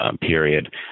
period